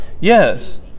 Yes